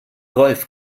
rolf